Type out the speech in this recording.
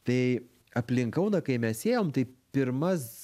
tai aplink kauną kai mes ėjom tai pirmas